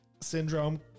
Syndrome